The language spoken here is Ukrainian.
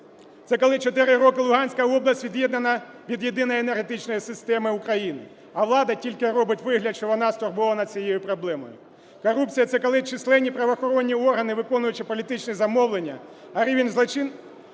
це коли 4 роки Луганська область від'єднана від Єдиної енергетичної системи України, а влада тільки робить вигляд, що вона стурбована цією проблемою. Корупція – це коли численні правоохоронні органи виконують політичні замовлення, а рівень злочинності